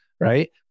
right